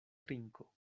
trinko